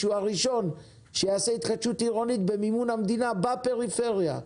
הוא הראשון שיעשה התחדשות עירונית במימון המדינה בפריפריה.